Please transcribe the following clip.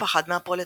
ופחד מהפרולטריון.